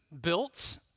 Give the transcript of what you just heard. built